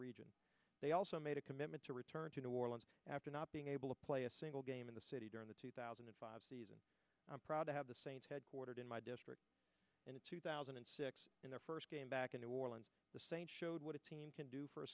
region they also made a commitment to return to new orleans after not being able to play a single game in the city during the two thousand and five season i'm proud to have the saints headquartered in my district in two thousand and six in their first game back in new orleans the same showed what a team can do for a